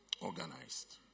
Organized